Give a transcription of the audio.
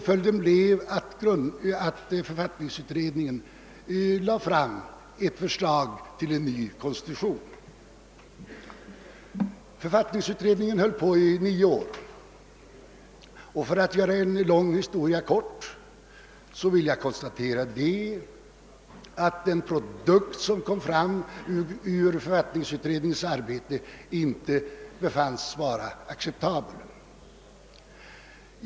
Följden blev att författningsutredningen arbetade fram ett förslag om en ny konstitution. Författningsutredningen höll på i nio år. För att här göra en lång historia kort konstaterar jag bara att den produkt som blev resultatet av utredningens arbete befanns vara icke acceptabel.